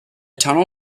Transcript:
tunnel